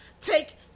take